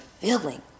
feeling